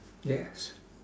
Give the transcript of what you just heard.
yes